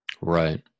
Right